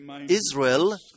Israel